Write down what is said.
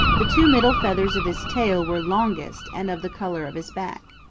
the two middle feathers of his tail were longest and of the color of his back.